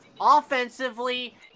offensively